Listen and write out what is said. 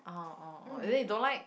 (uh huh) orh orh and then you don't like